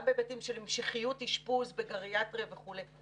בהיבטים של המשכיות אשפוז בגריאטריה וכולי,